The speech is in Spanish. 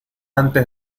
antes